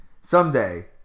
Someday